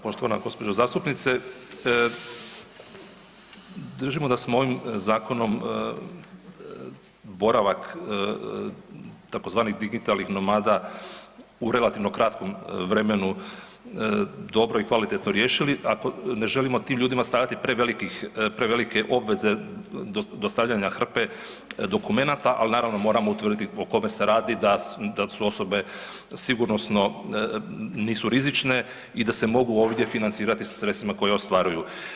Poštovana gospođo zastupnice držimo da smo ovim zakonom boravak tzv. digitalnih nomada u relativno kratkom vremenu dobro i kvalitetno riješili, ako ne želim tim ljudima prevelikih, prevelike obveze dostavljanja hrpe dokumenata, ali naravno moramo utvrditi o kome se radi, da su osobe sigurnosno nisu rizične i da se mogu ovdje financirati sredstvima koja ostvaruju.